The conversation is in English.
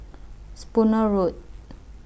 Spooner Road